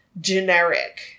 generic